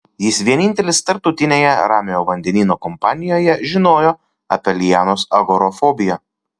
jis vienintelis tarptautinėje ramiojo vandenyno kompanijoje žinojo apie lianos agorafobiją